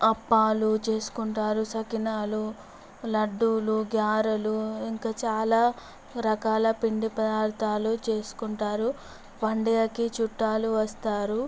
అప్పాలు చేసుకుంటారు చక్కిలాలు లడ్డూలు గారెలు ఇంకా చాలా రకాల పిండి పదార్థాలు చేసుకుంటారు పండుగకి చుట్టాలు వస్తారు